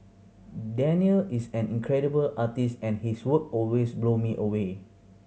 Danial is an incredible artist and his work always blow me away